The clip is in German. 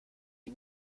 die